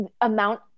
amount